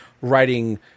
writing